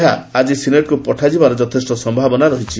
ଏହା ଆଜି ସିନେଟ୍କୁ ପଠାଯିବାର ଯଥେଷ୍ଟ ସମ୍ଭାବନା ରହିଛି